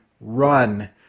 run